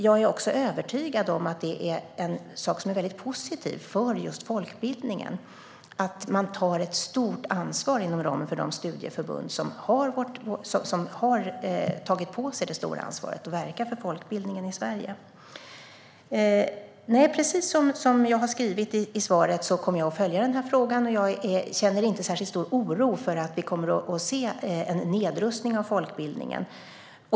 Jag är också övertygad om att det är väldigt positivt för folkbildningen att man inom studieförbunden har tagit på sig ett stort ansvar och verkar för folkbildningen i Sverige. Precis som jag har skrivit i svaret kommer jag att följa denna fråga, och jag känner inte särskilt stor oro för att vi kommer att få se en nedrustning av folkbildningen.